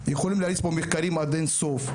יכולים להריץ פה מחקרים עד אין-סוף,